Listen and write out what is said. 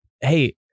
Hey